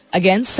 again